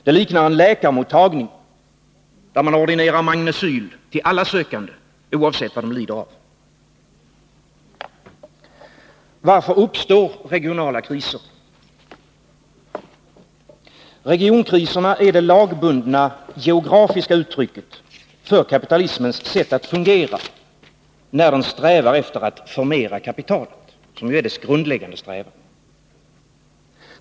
Det hela liknar en läkarmottagning, där man ordinerar Magnecyl till alla sökande oavsett vad de lider av. Varför uppstår regionala kriser? Regionkriserna är det lagbundna geografiska uttrycket för kapitalismens sätt att fungera, när den strävar efter att få mera kapital, som är den grundläggande strävan.